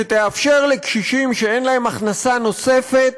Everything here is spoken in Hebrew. שתאפשר לקשישים שאין להם הכנסה נוספת